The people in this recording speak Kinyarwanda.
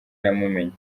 yamumenye